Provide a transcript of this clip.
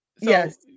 yes